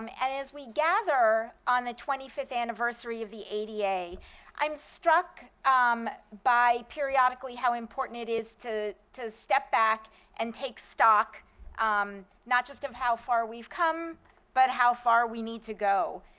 um and as we gather on the twenty fifth anniversary of the ada i'm struck um by periodically how important it is to to step back and take stock um not just of how far we've come but how far we need to go.